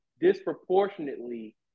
disproportionately